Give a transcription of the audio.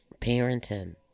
parenting